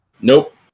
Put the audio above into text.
Nope